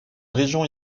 région